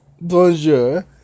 bonjour